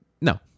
no